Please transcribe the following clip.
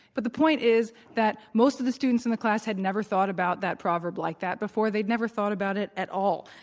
but the point is that most of the students in the class had never thought about that proverb like that before. they had never thought about it at all.